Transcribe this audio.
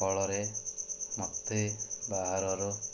ଫଳରେ ମୋତେ ବାହାରରୁ